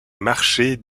marchés